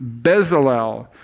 Bezalel